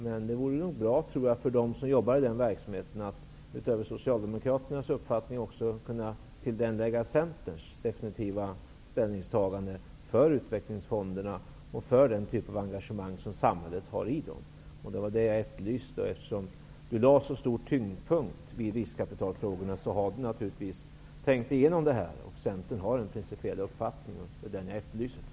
Men det vore nog bra för dem som jobbar i den verksamheten att till Socialdemokraternas uppfattning även kunna lägga Centerpartiets definitiva ställningstagande för utvecklingfonderna och för den typ av engagemang som samhället har i dessa. Eftersom Kjell Ericsson lade så stor tyngdpunkt vid riskkapitalfrågorna trodde jag att Kjell Ericsson hade tänkt igenom frågan och att Centerpartiet skulle ha en principiell uppfattning i den. Det var den jag efterlyste.